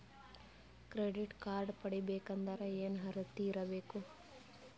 Credit card ಪಡಿಬೇಕಂದರ ಏನ ಅರ್ಹತಿ ಇರಬೇಕು?